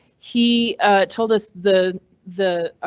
he told us the the.